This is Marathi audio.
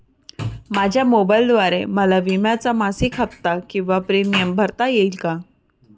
माझ्या मोबाईलद्वारे मला विम्याचा मासिक हफ्ता किंवा प्रीमियम भरता येईल का?